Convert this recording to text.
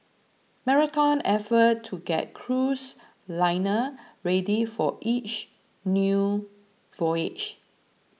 Marathon effort to get cruise liner ready for each new voyage